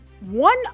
One